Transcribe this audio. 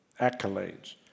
accolades